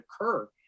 occur